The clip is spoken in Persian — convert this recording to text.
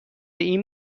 این